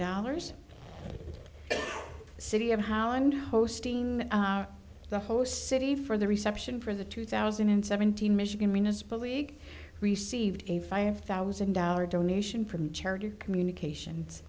dollars the city of holland hosting the host city for the reception for the two thousand and seventeen michigan meanest bully received a five thousand dollar donation from charity communications